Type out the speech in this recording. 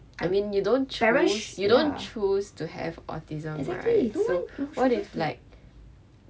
I mean you don't choose you don't choose to have autism right so what if like